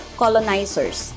colonizers